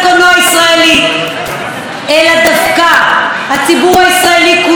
אלא דווקא הציבור הישראלי כולו ייקח